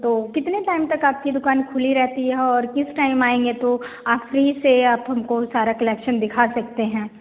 तो कितने टाइम तक आपकी दुकान खुली रहती है और किस टाइम आएँगे तो आप फ़्री से आप हमको सारा कलेक्शन दिखा सकते हैं